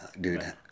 Dude